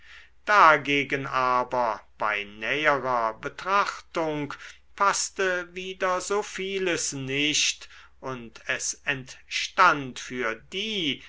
dagegen aber bei näherer betrachtung paßte wieder so vieles nicht und es entstand für die